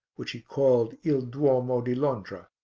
which he called il duomo di londra,